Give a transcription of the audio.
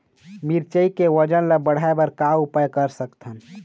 मिरचई के वजन ला बढ़ाएं बर का उपाय कर सकथन?